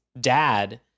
dad